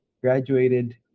graduated